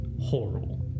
horrible